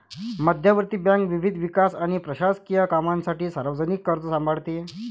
मध्यवर्ती बँक विविध विकास आणि प्रशासकीय कामांसाठी सार्वजनिक कर्ज सांभाळते